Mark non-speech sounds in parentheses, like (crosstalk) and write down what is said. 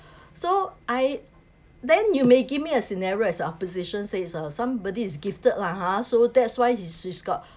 (breath) so I then you may give me a scenario as a opposition says uh somebody is gifted lah ha so that's why she's got